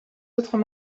autres